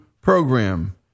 program